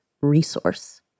resource